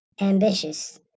ambitious